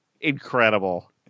Incredible